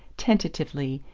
tentatively,